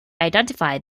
identified